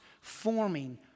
forming